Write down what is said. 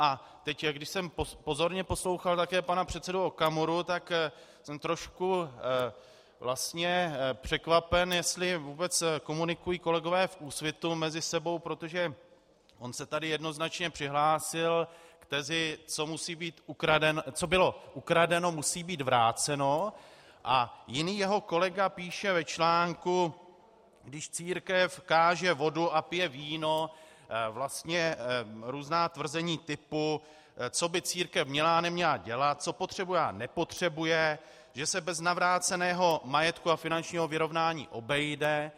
A teď, když jsem pozorně poslouchal také pana předsedu Okamuru, tak jsem trošku vlastně překvapen, jestli vůbec komunikují kolegové v Úsvitu mezi sebou, protože on se tady jednoznačně přihlásil k tezi: co bylo ukradeno, musí být vráceno, a jiný jeho kolega píše ve článku Když církev káže vodu a pije víno vlastně různá tvrzení typu, co by církev měla a neměla dělat, co potřebuje a nepotřebuje, že se bez navráceného majetku a finančního vyrovnání obejde.